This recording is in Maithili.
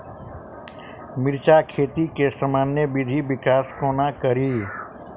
मिर्चा खेती केँ सामान्य वृद्धि विकास कोना करि?